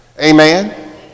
Amen